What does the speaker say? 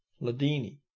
ladini